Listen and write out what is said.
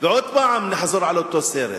ועוד פעם נחזור על אותו סרט.